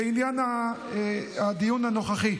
לעניין הדיון הנוכחי.